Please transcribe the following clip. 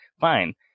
fine